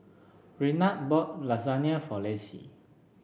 Renard bought Lasagna for Lacie